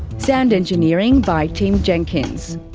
sound engineering by tim jenkins.